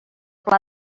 pla